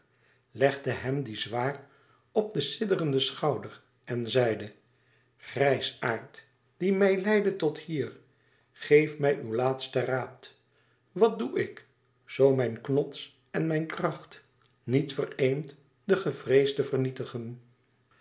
legde hem dien zwaar op den sidderenden schouder en zeide grijsaard die mij leidde tot hier geef mij uw laatsten raad wat doe ik zoo mijn knots en mijn kracht niet vereend den gevreesde vernietigen